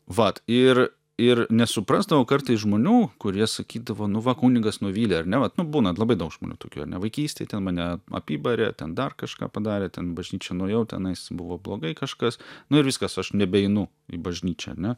vat ir ir nesuprasdavau kartais žmonių kurie sakydavo nu va kunigas nuvylė ar ne vat nu būna labai daug žmonių tokių ar ne vaikystėj ten mane apibarė ten dar kažką padarė ten į bažnyčią nuėjau tenais buvo blogai kažkas nu ir viskas aš nebeinu į bažnyčią ne